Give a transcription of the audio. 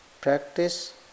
practice